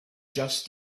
just